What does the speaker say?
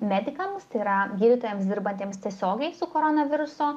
medikams tai yra gydytojams dirbantiems tiesiogiai su koronaviruso